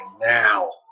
now